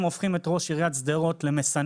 בעצם, הופכים את ראש עיריית שדרות למסננת.